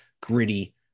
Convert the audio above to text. gritty